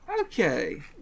Okay